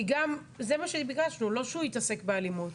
זה מה שביקשנו, לא שהוא יתעסק באלימות.